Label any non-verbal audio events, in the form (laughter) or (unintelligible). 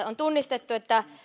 (unintelligible) on tunnistettu että